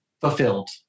Fulfilled